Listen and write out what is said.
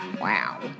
Wow